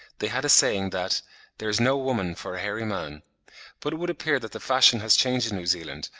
they had a saying that there is no woman for a hairy man but it would appear that the fashion has changed in new zealand,